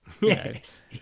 Yes